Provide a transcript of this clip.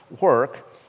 work